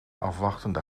afwachtende